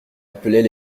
appelait